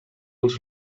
els